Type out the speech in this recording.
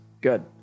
Good